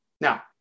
Now